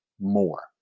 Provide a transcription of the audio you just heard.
more